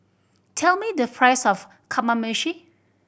tell me the price of Kamameshi